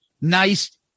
Nice